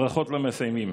ברכות למסיימים.